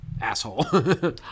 asshole